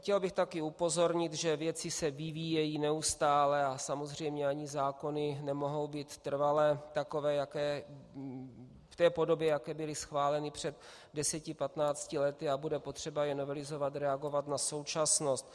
Chtěl bych taky upozornit, že věci se vyvíjejí neustále a samozřejmě ani zákony nemohou být trvale takové, v té podobě, v jaké byly schváleny před 1015 lety, a bude potřeba je novelizovat, reagovat na současnost.